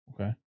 Okay